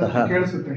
सः